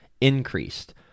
increased